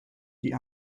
die